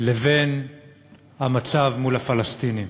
לבין המצב מול הפלסטינים.